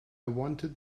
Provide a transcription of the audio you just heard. wanted